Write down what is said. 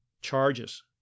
charges